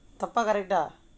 தப்பா:thappaa correct ah